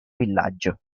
villaggio